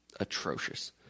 atrocious